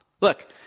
Look